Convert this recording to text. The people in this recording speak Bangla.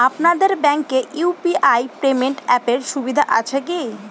আপনাদের ব্যাঙ্কে ইউ.পি.আই পেমেন্ট অ্যাপের সুবিধা আছে কি?